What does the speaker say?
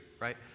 right